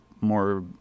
more